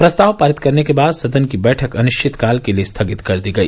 प्रस्ताव पारित करने के बाद सदन की बैठक अनिश्चितकाल के लिये स्थगित कर दी गई